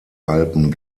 alpen